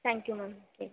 thank you ma'am okay